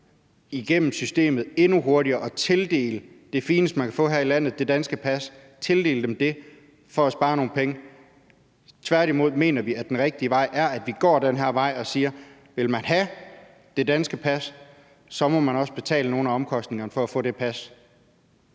igennem systemet og tildele dem det fineste, man kan få her i landet, det danske pas, for at spare nogle penge. Tværtimod mener vi, at den rigtige vej at gå er at sige: Vil man have det danske pas, må man også betale nogle af omkostningerne for at få det pas.